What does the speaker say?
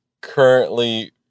currently